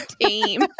team